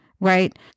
Right